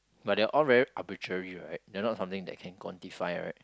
but they are all very arbitrary right they are not something that can quantify right